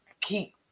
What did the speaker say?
keep